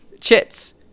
Chits